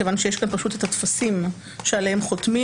מכיוון שיש כאן פשוט את הטפסים שעליהם חותמים.